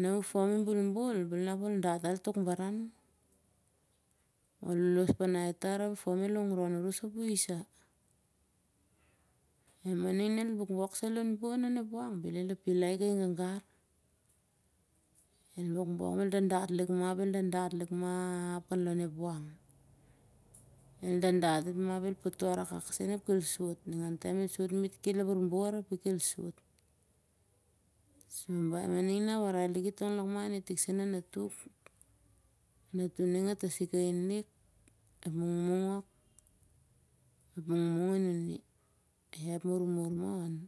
na uh ep fom i bulbul bel unap ol dat al tok baran, ol lolosh panai tar ap ep fom el hongron orosap uh his sah. e mading na el bokbok sai lon on on ep wang bel el apilai i kai gagar. el bokbok ap el dadat lik mah, dadat lik mah kan lon ep wang. el dadat itmah ap el potok akak sen ap kel sot. ningan taem el sot met ki borbor tar. mading na warai liki tong lakman i tik sen a natuk, natun ning a tasik hain lik, ep mung mung hok, ep mungmung anun i.